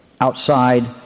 outside